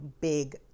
big